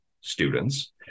students